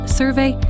survey